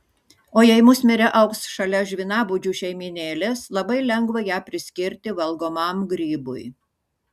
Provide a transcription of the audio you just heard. o jei musmirė augs šalia žvynabudžių šeimynėlės labai lengva ją priskirti valgomam grybui